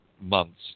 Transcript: months